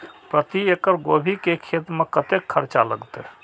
प्रति एकड़ गोभी के खेत में कतेक खर्चा लगते?